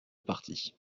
parti